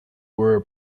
were